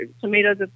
Tomatoes